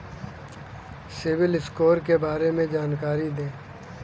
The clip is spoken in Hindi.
सिबिल स्कोर के बारे में जानकारी दें?